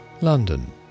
London